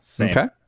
Okay